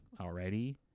already